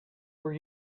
were